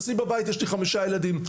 אצלי בבית יש לי חמישה ילדים,